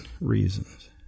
reasons